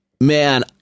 man